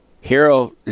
Hero